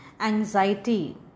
anxiety